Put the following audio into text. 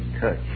touch